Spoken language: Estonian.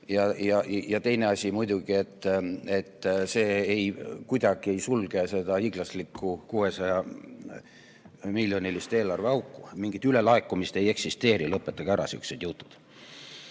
Ja teine asi muidugi, et see kuidagi ei sulge seda hiiglaslikku, 600-miljonilist eelarveauku. Mingit ülelaekumist ei eksisteeri, lõpetage ära sihukesed jutud.